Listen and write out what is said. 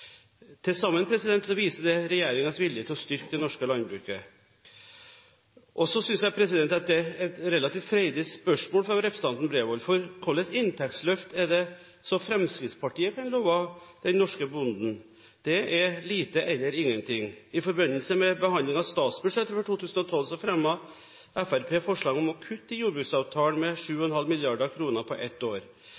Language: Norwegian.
til en økende befolkning. Til sammen viser dette regjeringens vilje til å styrke det norske landbruket. Jeg synes også det er et relativt freidig spørsmål fra representanten Bredvold. For hvilket inntektsløft er det så Fremskrittspartiet kan love den norske bonden? Det er lite eller ingenting. I forbindelse med behandlingen av statsbudsjettet for 2012 fremmet Fremskrittspartiet forslag om å kutte i jordbruksavtalen med